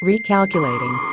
Recalculating